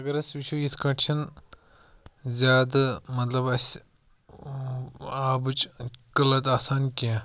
اگر أسی وُِچھو یِتھٕ پٲٹھۍ چھَنہٕ زیادٕ مطلب اَسہِ آبٕچ قلت آسان کیٚنٛہہ